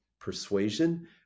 persuasion